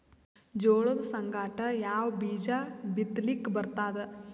ಜೋಳದ ಸಂಗಾಟ ಯಾವ ಬೀಜಾ ಬಿತಲಿಕ್ಕ ಬರ್ತಾದ?